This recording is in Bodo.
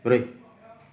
ब्रै